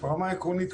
ברמה העקרונית,